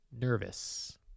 nervous